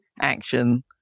action